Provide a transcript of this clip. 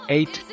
Eight